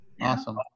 Awesome